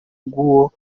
bw’uwo